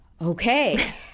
Okay